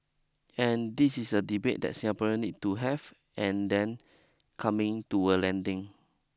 and this is a debate that Singaporeans need to have and then coming to a landing